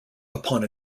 upon